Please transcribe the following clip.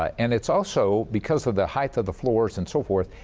um and it's also, because of the height of the floors and so forth,